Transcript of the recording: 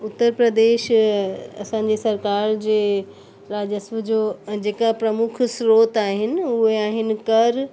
उत्तर प्रदेश असांजी सरकारि जे राजस्व जो जेका प्रमुख स्रोत आहिनि उहे आहिनि कर